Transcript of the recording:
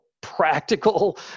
practical